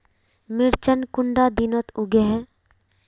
मिर्चान कुंडा दिनोत उगैहे?